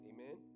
Amen